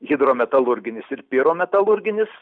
hidrometalurginis ir pyrometalurginis